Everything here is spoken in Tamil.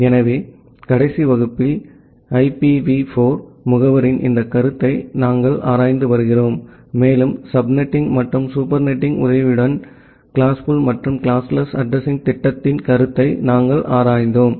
எனவே கடைசி வகுப்பில் ஐபிவி 4 முகவரியின் இந்த கருத்தை நாங்கள் ஆராய்ந்து வருகிறோம் மேலும் சப்நெட்டிங் மற்றும் சூப்பர்நெட்டிங் உதவியுடன் கிளாஸ்ஃபுல் மற்றும் கிளாஸ்லெஸ் அட்ரஸிங் திட்டத்தின் கருத்தை நாங்கள் ஆராய்ந்தோம்